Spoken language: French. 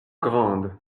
grande